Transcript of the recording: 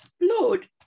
Lord